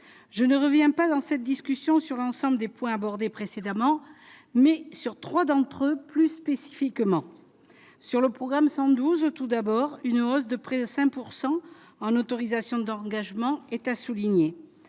je ne reviens pas dans cette discussion sur l'ensemble des points abordés précédemment mais sur 3 d'entre eux, plus spécifiquement sur le programme 112 tout d'abord, une hausse de près de 5 pourcent en autorisations d'engagement est à souligner,